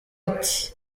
ati